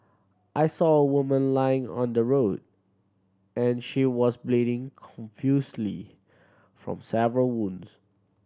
I saw a woman lying on the road and she was bleeding confusedly from several wounds